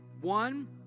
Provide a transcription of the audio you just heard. One